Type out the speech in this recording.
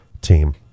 team